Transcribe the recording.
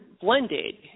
blended